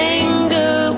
anger